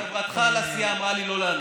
חברתך לסיעה אמרה לי לא לענות.